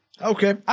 Okay